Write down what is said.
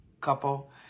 couple